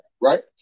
Right